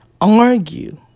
argue